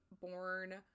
born